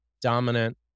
dominant